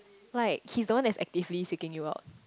like he's the one actively seeking you out